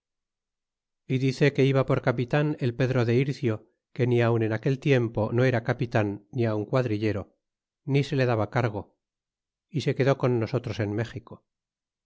y dice que iba por capitan el pedro de ircio que ni aun en aquel tiempo no era capitan ni aun quadrillero ni se le daba cargo y se quedó con nosotros en méxico